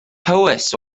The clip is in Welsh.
powys